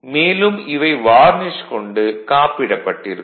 மேலும் இவை வார்னிஷ் கொண்டு காப்பிடப்பட்டிருக்கும்